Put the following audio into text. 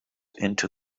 into